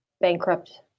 bankrupt